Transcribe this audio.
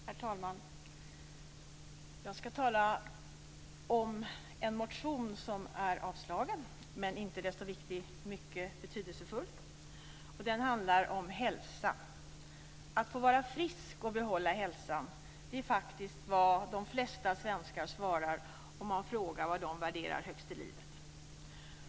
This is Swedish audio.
Herr talman! Jag skall tala om en motion som är avstyrkt men som icke desto mindre är mycket betydelsefull. Den handlar om hälsa. Att få vara frisk och behålla hälsan är faktiskt vad de flesta svenskar svarar om man frågar vad de värderar högst i livet.